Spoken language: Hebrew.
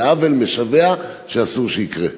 זה עוול משווע שאסור שיקרה.